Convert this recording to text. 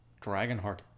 Dragonheart